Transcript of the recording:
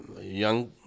young